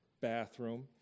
bathroom